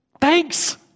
Thanks